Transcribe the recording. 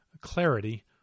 clarity